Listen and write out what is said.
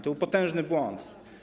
To był potężny błąd.